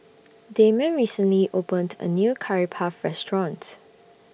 Damond recently opened A New Curry Puff Restaurant